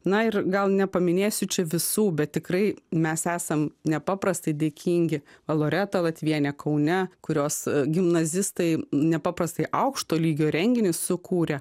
na ir gal nepaminėsiu čia visų bet tikrai mes esam nepaprastai dėkingi loreta latvienė kaune kurios gimnazistai nepaprastai aukšto lygio renginį sukūrė